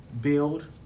build